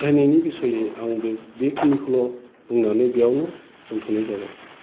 फोथायनायनि बिसयै आं बे बेखिनिखौल' बुंनानै बेयावनो दोनथ'नाय जाबाय